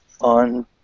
on